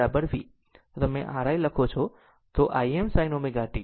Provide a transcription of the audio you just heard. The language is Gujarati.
પછી તમે R i લખો તો Im sin ω t